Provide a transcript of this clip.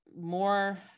more